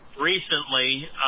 Recently